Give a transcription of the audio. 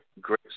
great